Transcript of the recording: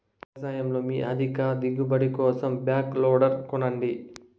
వ్యవసాయంలో మీ అధిక దిగుబడి కోసం బ్యాక్ లోడర్ కొనండి